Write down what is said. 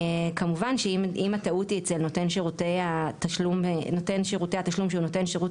כמובן שאם הטעות היא אצל נותן שירותי התשלום שנותן שירות